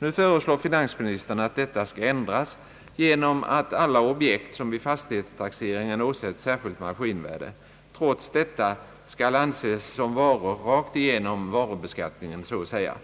Nu föreslår finansministern att detta skall ändras genom att alla objekt, som vid fastighetstaxeringen åsätts särskilt maskinvärde, trots detta skall anses som varor rakt igenom varubeskattningen så att säga.